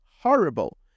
horrible